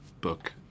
book